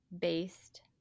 Based